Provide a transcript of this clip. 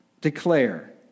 declare